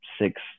six